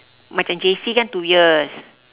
macam J_C kan two years